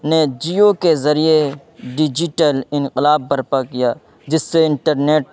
نے جیو کے ذریعے ڈیجیٹل انقلاب برپا کیا جس سے انٹرنیٹ